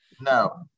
No